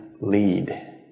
lead